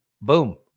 Boom